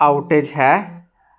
outage ਹੈ